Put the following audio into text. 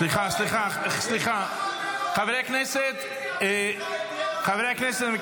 סליחה, חברי הכנסת, חברי הכנסת.